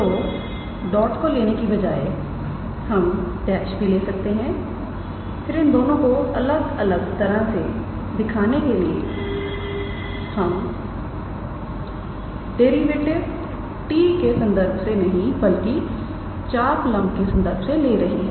तोडॉट को लेने की बजाय हम डेश भी ले सकते हैं फिर इन दोनों को अलग अलग तरह से दिखाने के लिए हम यहां पर डेरिवेटिव t की संदर्भ से नहीं बल्कि चापलंब के संदर्भ से ले रहे हैं